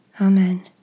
amen